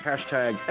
Hashtag